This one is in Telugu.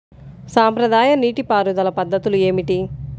సాంప్రదాయ నీటి పారుదల పద్ధతులు ఏమిటి?